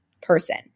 person